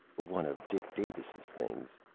one of dick davis' things.